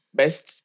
best